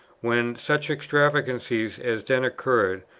when such extravagances as then occurred,